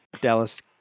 Dallas